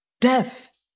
Death